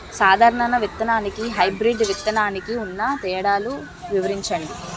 సాధారణ విత్తననికి, హైబ్రిడ్ విత్తనానికి ఉన్న తేడాలను వివరించండి?